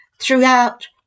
throughout